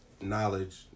knowledge